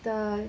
the